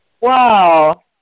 Wow